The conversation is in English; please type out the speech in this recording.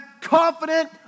confident